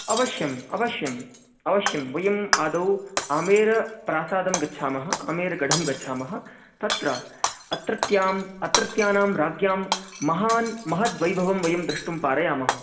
अवश्यम् अवश्यम् अवश्यं वयम् आदौ आमेरप्रासादं गच्छामः आमेरगढं गच्छामः तत्र अत्रत्याम् अत्रत्यानां राज्ञां महान् महद् वैभवं वयं द्रष्टुं पारयामः